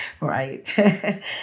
right